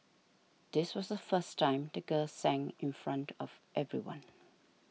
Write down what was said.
this was the first time the girl sang in front of everyone